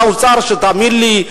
ושר אוצר שתאמין לי,